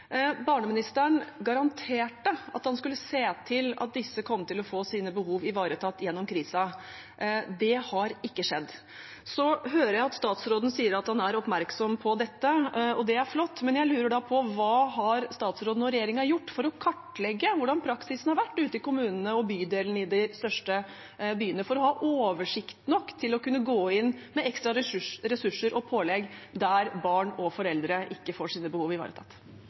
Barneministeren garanterte at han skulle se til at disse kom til å få sine behov ivaretatt gjennom krisen. Det har ikke skjedd. Så hører jeg statsråden sier at han er oppmerksom på dette, og det er flott, men jeg lurer da på: Hva har statsråden og regjeringen gjort for å kartlegge hvordan praksisen har vært ute i kommunene og i bydelene i de største byene for å ha oversikt nok til å kunne gå inn med ekstra ressurser og pålegg der barn og foreldre ikke får sine behov ivaretatt?